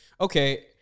okay